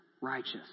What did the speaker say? righteous